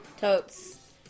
Totes